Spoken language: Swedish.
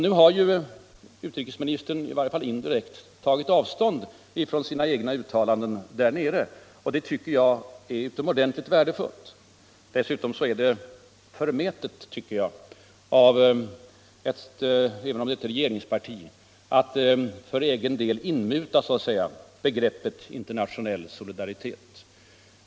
Nu har utrikesministern i varje fall indirekt tagit avstånd från sina egna uttalanden, och det tycker jag är utomordentligt värdefullt. Dessutom är det förmätet, tycker jag, även för ett regeringsparti att för egen del så att säga inmuta begreppet internationell solidaritet.